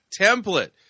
template